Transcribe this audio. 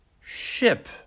ship